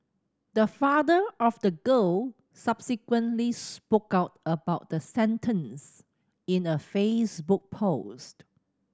the father of the girl subsequently spoke out about the sentence in a Facebook post